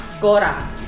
gora